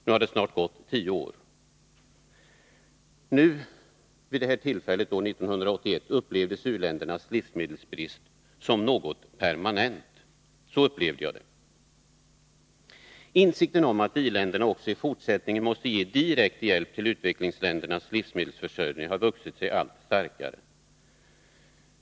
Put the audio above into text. Nu har det snart gått tio år. Vid konferensen i Rom 1981 betraktades u-ländernas livsmedelsbrist som något permanent; så upplevde jag det. Insikten om att i-länderna också i fortsättningen måste ge direkt hjälp till utvecklingsländernas livsmedelsförsörjning har vuxit sig allt starkare.